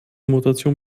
mutation